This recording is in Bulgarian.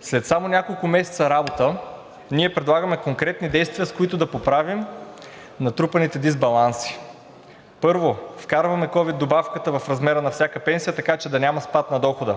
Само след няколко месеца работа ние предлагаме конкретни действия, с които да поправим натрупаните дисбаланси. Първо, вкарваме ковид добавката в размера на всяка пенсия, така че да няма спад на дохода.